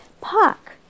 Park